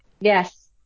Yes